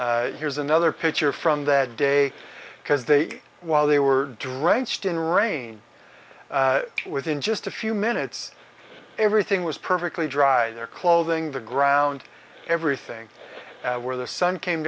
here's another picture from that day because they while they were drenched in rain within just a few minutes everything was perfectly dry their clothing the ground everything where the sun came